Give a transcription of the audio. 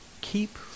keep